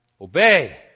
obey